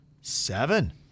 Seven